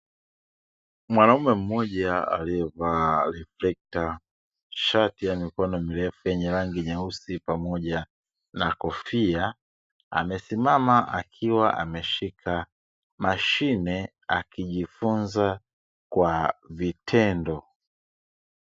Mwanaume mmoja aliyevaa reflector shati ya mikono mirefu yenye rangi nyeusi, pamoja na kofia amesimama akiwa ameshika mashine akijifunza kwa vitendo.